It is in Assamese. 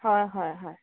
হয় হয় হয়